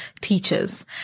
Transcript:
teachers